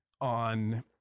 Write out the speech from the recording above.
on